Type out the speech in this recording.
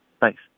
Thanks